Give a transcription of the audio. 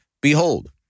Behold